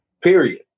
Period